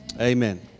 Amen